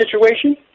situation